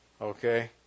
Okay